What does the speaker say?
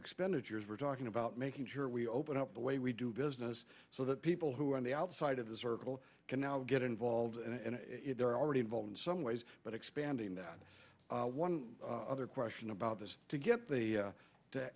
expenditures we're talking about making sure we open up the way we do business so that people who are on the outside of the circle can now get involved and they're already involved in some ways but expanding that one other question about this to get the u